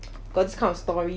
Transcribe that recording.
got this kind of story